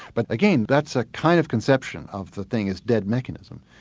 but again, that's a kind of conception of the thing as dead mechanism.